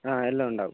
ആ എല്ലാമുണ്ടാവും